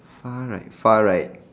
far right far right